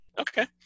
Okay